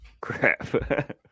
crap